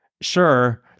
Sure